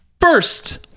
First